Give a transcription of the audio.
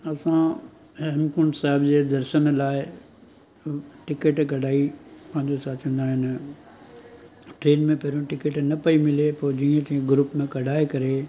असां हेमकुंड साहिब जे दर्शन लाइ टिकेट कढाई पंहिंजो छा चवंदा आहिनि ट्रेन में पहिरियों टिकेट न पेई मिले पोइ जीअं तीअं ग्रुप में कढाए करे